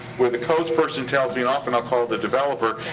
where the codes person tells me, and often i'll call the developer.